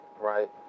Right